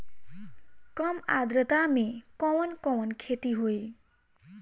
कम आद्रता में कवन कवन खेती होई?